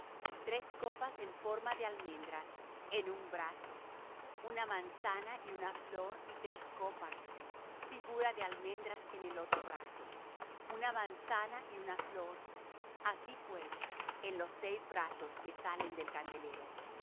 tres copas en forma de almendras en el un brazo una manzana y una flor y tres copas figura de almendras en el otro brazo una manzana y una flor así pues en los seis brazos que salen del candelero